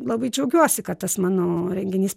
labai džiaugiuosi kad tas mano renginys